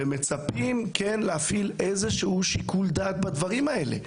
מצפים להפעיל איזשהו שיקול דעת בדברים האלה.